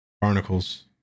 Barnacles